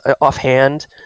offhand